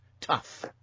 Tough